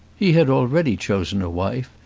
he had already chosen a wife,